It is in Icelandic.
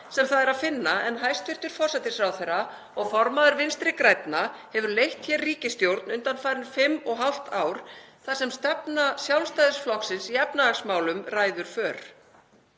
sem það er að finna en hæstv. forsætisráðherra og formaður Vinstri grænna hefur leitt hér ríkisstjórn undanfarin fimm og hálft ár þar sem stefna Sjálfstæðisflokksins í efnahagsmálum ræður för.